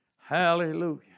Hallelujah